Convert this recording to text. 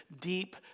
deep